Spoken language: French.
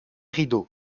rideaux